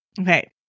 okay